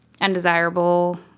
undesirable